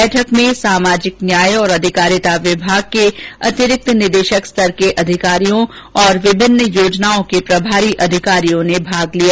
बैठक में सामाजिक न्याय और अधिकारिता विभाग के अतिरिक्त निदेशक स्तर के अधिकारियों और विभिन्न योजनाओं के प्रभारी अधिकारियों ने भाग लिया